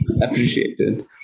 appreciated